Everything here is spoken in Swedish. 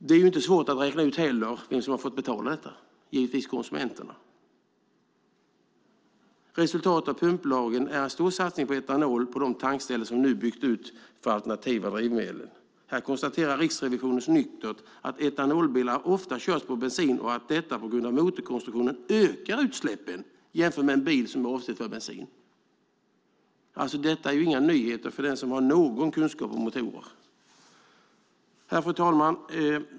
Det är inte svårt att räkna ut vem som skulle få betala detta, givetvis konsumenterna. Resultatet av pumplagen är en stor satsning på etanol på de tankställen som nu byggt ut för alternativa drivmedel. Här konstaterar Riksrevisionen nyktert att etanolbilar ofta körs på bensin och att detta på grund av motorkonstruktionen ökar utsläppen jämfört med en bil som är avsedd för bensin. Detta är inga nyheter för den som har någon kunskap om motorer. Fru talman!